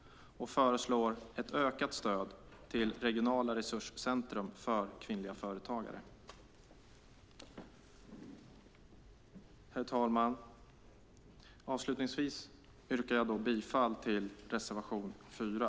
Vi föreslår därför bland annat ett ökat stöd till regionala resurscentrum för kvinnliga företagare. Herr talman! Avslutningsvis yrkar jag bifall till reservation 4.